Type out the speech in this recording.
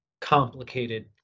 complicated